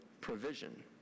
Provision